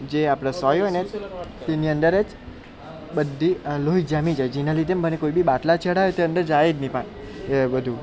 જે આપણે સોય હોયને તેની અંદર જ બધી આ લોહી જામી જાય જેના લીધે મને કોઇ બી બાટલા ચડાવે તે અંદર જાય જ નહીં પણ એ બધું